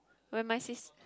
when my sis